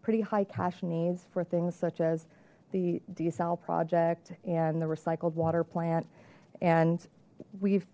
pretty high cash needs for things such as the desal project and the recycled water plant and we've